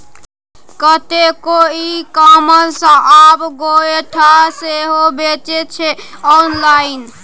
कतेको e commerce आब गोयठा सेहो बेचै छै आँनलाइन